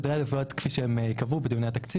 סדרי העדיפויות כפי שהם ייקבעו בדיוני התקציב